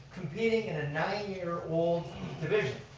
competing in a nine year old division.